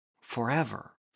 forever